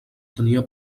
tenia